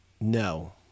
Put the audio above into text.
No